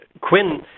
Quinn